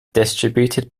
distributed